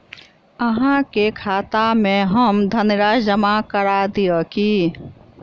अहाँ के खाता में हम धनराशि जमा करा दिअ की?